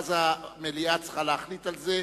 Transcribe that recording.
ואז המליאה צריכה להחליט על זה.